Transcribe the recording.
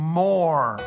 more